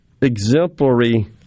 exemplary